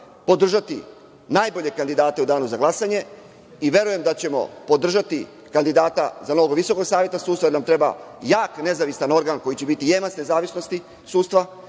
podržati najbolje kandidate u danu za glasanje i verujem da ćemo podržati kandidata za Visoki savet sudstva, jer nam treba jak i nezavisan organ koji će biti jemac nezavisnosti sudstva